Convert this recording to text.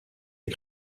est